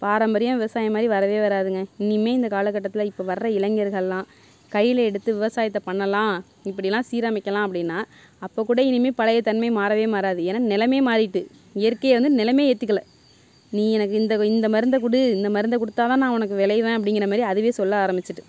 பாரம்பரிய விவசாயம் மாதிரி வரவே வராதுங்க இனிமேல் இந்த காலகட்டத்தில் இப்போ வர்ற இளைஞர்கள்லாம் கையில் எடுத்து விவசாயத்தை பண்ணலாம் இப்படிலாம் சீரமைக்கலாம் அப்படினா அப்போகூட இனிமேல் பழைய தன்மை மாறவே மாறாது ஏன்னா நிலமே மாறிட்டு இயற்கையை வந்து நிலமே ஏற்றுக்கல நீ எனக்கு இந்த இந்த மருந்தைக் கொடு இந்த மருந்தை கொடுத்தாதான் நான் உனக்கு விளைவேன் அப்படிங்கிற மாதிரி அதுவே சொல்ல ஆரம்பிச்சுட்டு